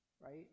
right